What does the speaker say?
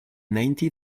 nineteen